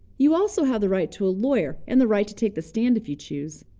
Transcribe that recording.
you also have the right to a lawyer, and the right to take the stand if you choose.